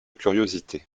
curiosité